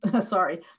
sorry